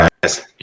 guys